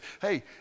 hey